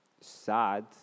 sad